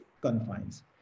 confines